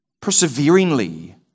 perseveringly